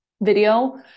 video